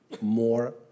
more